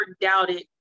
doubted